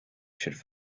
should